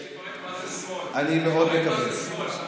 ואני מאוד מקווה,